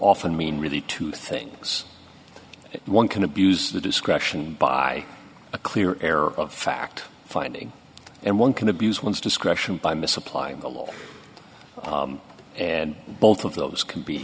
often mean really two things one can abuse the discretion by a clear error of fact finding and one can abuse one's discretion by misapplying the law and both of those can be